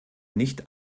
nicht